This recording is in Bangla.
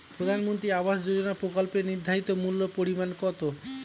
প্রধানমন্ত্রী আবাস যোজনার প্রকল্পের নির্ধারিত মূল্যে পরিমাণ কত?